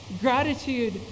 Gratitude